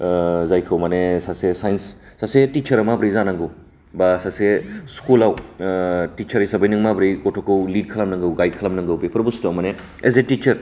ओ जायखौ माने सासे साइनस सासे टिचारा माबोरै जानांगौ बा स्कुलाव टिचार हिसाबै नों माबोरै गथ'खौ लिड खालामनांगौ गाइड खालामनांगौ बेफोर बस्थुआ माने एस ए टिचार